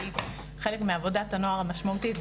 זה חלק מעבודת הנוער המשמעותית,